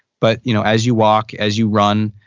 but you know as you walk, as you run,